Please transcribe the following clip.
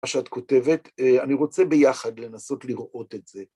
מה שאת כותבת, אני רוצה ביחד לנסות לראות את זה.